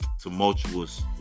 Tumultuous